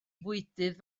fwydydd